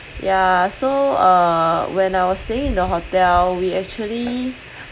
ya so uh when I was staying in the hotel we actually